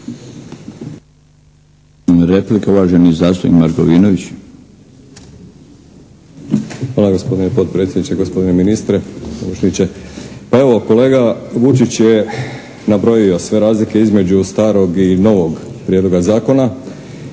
**Markovinović, Krunoslav (HDZ)** Hvala gospodine potpredsjedniče, gospodine ministre, pomoćniče. Pa evo, kolega Vučić je nabrojio sve razlike između starog i novog prijedloga zakona